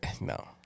no